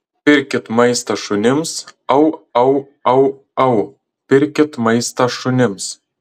pirkit maistą šunims au au au au pirkit maistą šunims